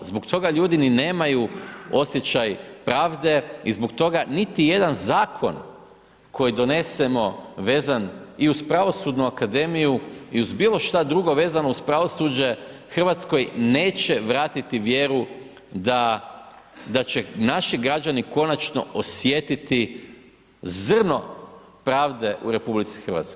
Zbog toga ljudi ni nemaju osjećaj pravde i zbog toga niti jedan zakon koji donesemo vezan i uz pravosudnu akademiju i uz bilo šta drugo vezano uz pravosuđe, RH neće vratiti vjeru da će naši građani konačno osjetiti zrno pravde u RH.